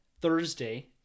Thursday